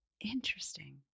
Interesting